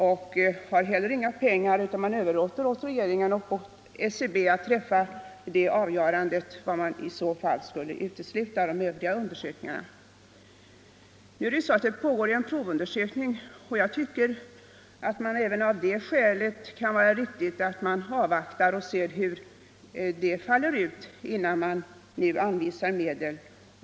De anvisar heller inga pengar utan överlåter på regeringen och SCB att träffa avgörandet om vad som i så fall skulle uteslutas av övriga undersökningar. Det pågår en provundersökning, och jag tycker att det redan av det skälet kan vara riktigt att avvakta och se hur den faller ut innan man anvisar medel.